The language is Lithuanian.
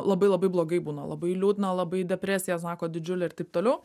labai labai blogai būna labai liūdna labai depresija sako didžiulė ir taip toliau